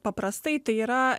paprastai tai yra